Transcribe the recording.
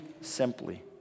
simply